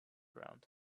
round